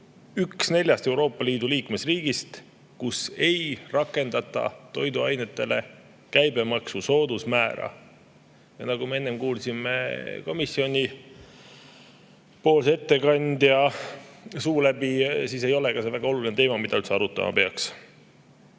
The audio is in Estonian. üks neljast Euroopa Liidu liikmesriigist, kus ei rakendata toiduainetele käibemaksu soodusmäära. Nagu me enne komisjoni ettekandja suu läbi kuulsime, siis ei ole see ka väga oluline teema, mida üldse arutama peaks.